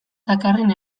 dakarren